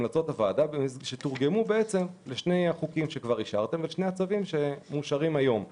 הוועדה שתורגמו לשני הצווים שמאושרים היום.